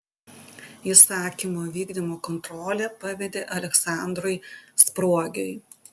įsakymo vykdymo kontrolę pavedė aleksandrui spruogiui